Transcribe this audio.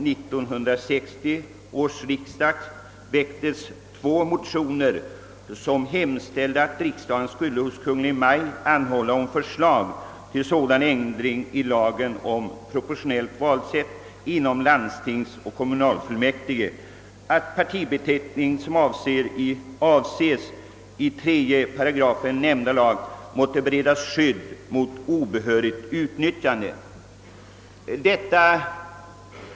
Vid 1960 års riksdag väcktes två motioner, vari det hemställdes att riksdagen skulle hos Kungl. Maj:t anhålla om förslag till sådan ändring i lagen om proportionellt valsätt inom landsting och kommunalfullmäktige, att partibeteckning som avses i 3 § nämnda lag måtte beredas skydd mot obehörigt utnyttjande.